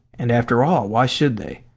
and after all why should they?